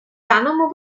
даному